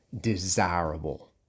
desirable